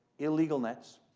illegal nets.